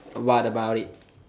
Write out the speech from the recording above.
what about it